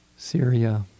Syria